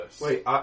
Wait